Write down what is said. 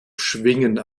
schwingen